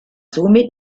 somit